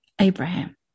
Abraham